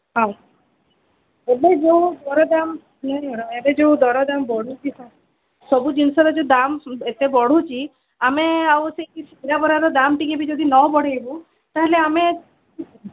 ହଉ ଏବେ ଯୋଉ ଦରଦାମ୍ ଏବେ ଯୋଉ ଦରଦାମ୍ ବଢ଼ୁଛି ସବୁ ଜିନିଷରେ ଯୋଉ ଦାମ୍ ଏତେ ବଢ଼ୁଛି ଆମେ ଆଉ ସେ ସିଙ୍ଗଡ଼ା ବରାର ଦାମ୍ ଟିକେ ବି ଯଦି ନବଢ଼େଇବୁ ତାହେଲେ ଆମେ